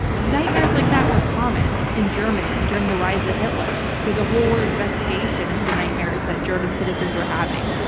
nightmares like that were common in germany during the rise of ah hitler. there's a whole investigation into the nightmares that german citizens were having,